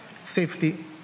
Safety